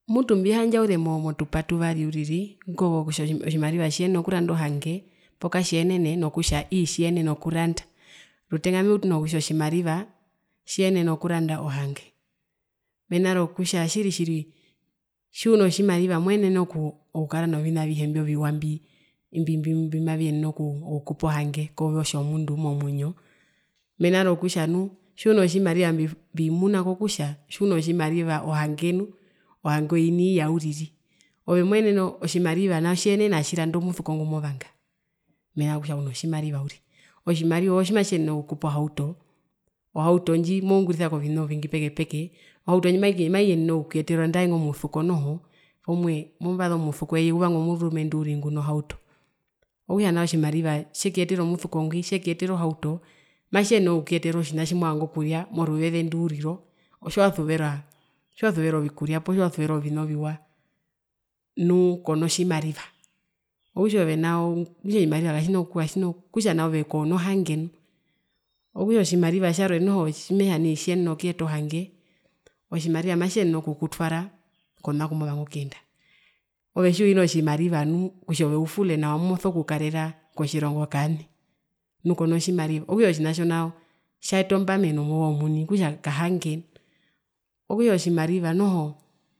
Mutu mbihandjaure motupa tuvari uriri ingo kutja otjimariva tjiyenena okuranda ohange poo katjiyenene nokutja ii tjiyenena okuranda. Rutenga meutu nokutja otjimariva ii tjiyenena okuranda ohange mena rokutja tjiri tjiri tjiuno tjimariva moenene okukara novina avihe imbi oviwa mbi mbimaviyenene oku okukupa ohange kove omuni otjomundu momwinyo mena rokutja nu tjiuno tjimariva mbifu mbimuna kokutja tjiuno tjimariva ohange nu ohange iya uriri, ove moenene oku otjimariva nao tjiyenena atjiranda omusuko ngumovanga mena rokutja uno tjimariva uriri, otjimariva tjiyenena atjikupe ohauto, otjimariva tjimatjiyenene okukupa ohauto ohauto ove ndji moungurisa kovina ovingi peke peke ohauto ndji maiyenene okukuyetera nandae ingo musuko noho porumwe movasa omusuko eye uvanga omurundu uriri nguno hauto, okutja nao tjimariva tjekuyetere omusuko ngwi tjekuyetere ohauto matjiyenene okukuyetera otjiha tjina tjiwasuvera poo tjina tjimovanga okurya poo tjiwasuvera ovina oviwa nu kono tjimariva okutja ove nao okutja okutja otjimariva katjina ku okutja ove nao kona hange nu okutja otjimariva tjarwe tjimetja nai tjiyenena okuyeta ohange otjimariva matjiyenene okukutwara kona kumovanga okuyenda ove tjiuhina tjimariva nu kutja ove ufule nawa moso kukarera kotjirongo kaani nu kona tjimariva okutja otjinatjo nao tjaeta ombameno move muni okutja kahange nu okutja otjimariva noho.